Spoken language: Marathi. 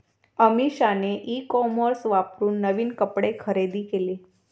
अमिषाने ई कॉमर्स वापरून नवीन कपडे खरेदी केले